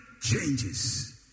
changes